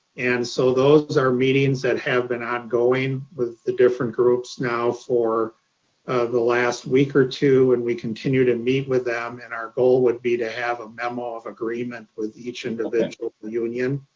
and so those are meetings that have been ongoing with the different groups now for the last week or two, and we continue to meet with them. and our goal would be to have a memo of agreement with each individual union